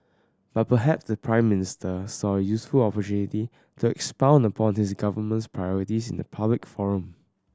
but perhaps the Prime Minister saw a useful opportunity to expound upon his government's priorities in a public forum